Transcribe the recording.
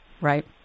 right